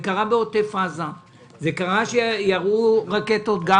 זה קרה בעוטף עזה וקרה שירו רקטות גם